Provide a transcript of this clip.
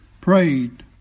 prayed